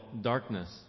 darkness